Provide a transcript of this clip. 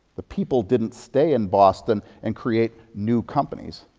the people didn't stay in boston and create new companies.